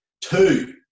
Two